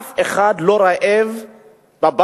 אף אחד לא רעב בבית,